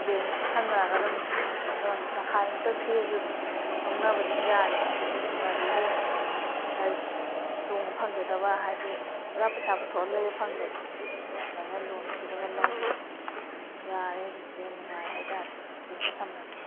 ꯕꯦꯡꯒ ꯈꯨꯠꯁꯝꯅꯔꯒ ꯑꯗꯨꯝ ꯂꯣꯟ ꯇꯪꯈꯥꯏ ꯃꯨꯛꯇ ꯊꯤꯔꯁꯨ ꯑꯗꯨꯝ ꯂꯧꯅꯕ ꯑꯗꯨꯝ ꯌꯥꯔꯦꯕ ꯒꯥꯥꯔꯤ ꯒꯥꯔꯤ ꯇꯣꯡꯕ ꯐꯪꯖꯗꯕ ꯍꯥꯏꯗꯤ ꯄꯨꯔꯥ ꯄꯩꯁꯥ ꯄꯨꯊꯣꯛꯑꯒ ꯂꯩꯕ ꯐꯪꯗꯕꯗꯣ ꯑꯗꯨꯃꯥꯏꯅ ꯂꯣꯟ ꯊꯤꯔꯒ ꯂꯧꯕ ꯌꯥꯔꯦ ꯍꯧꯖꯤꯛꯇꯤ ꯌꯥꯝ ꯅꯨꯡꯉꯥꯏ ꯍꯥꯏꯇꯔꯦ ꯕꯦꯡꯒ ꯁꯝꯅꯕꯁꯦ